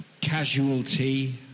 Casualty